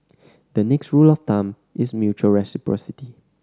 the next rule of thumb is mutual reciprocity